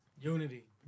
Unity